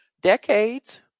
decades